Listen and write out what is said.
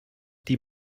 die